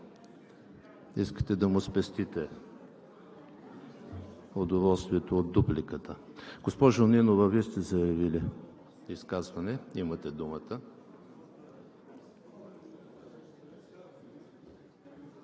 Искате да му спестите удоволствието от дупликата. Госпожо Нинова, Вие сте заявили изказване. Имате думата.